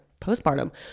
postpartum